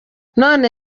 none